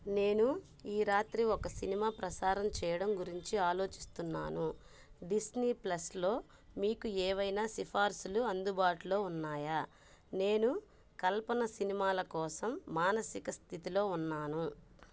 నేను ఈ రాత్రి ఒక సినిమా ప్రసారం చేయడం గురించి ఆలోచిస్తున్నాను డిస్నీప్లస్లో మీకు ఏవైనా సిఫార్సులు అందుబాటులో ఉన్నాయా నేను కల్పన సినిమాల కోసం మానసిక స్థితిలో ఉన్నాను